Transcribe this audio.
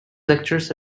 lectures